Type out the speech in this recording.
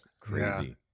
Crazy